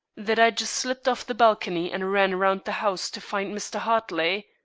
that i just slipped off the balcony and ran round the house to find mr. hartley.